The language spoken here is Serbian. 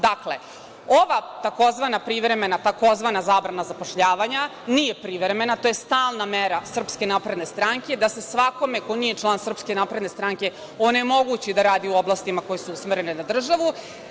Dakle, ova tzv. „privremena“, tzv. „zabrana zapošljavanja, nije privremena, to je stalna mera SNS, da se svakome ko nije član SNS onemogući da radi u oblastima koje su usmerene na državu.